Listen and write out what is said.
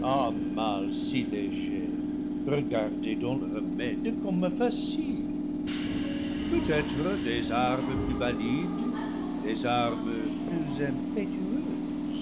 si léger regardez donc le remède comme facile peut-être des armes plus valides des armes plus